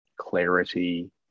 clarity